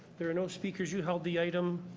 there are no speakers you held the item.